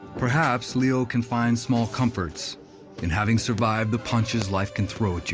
perhaps leo can find small comforts in having survived the punches life can throw at you.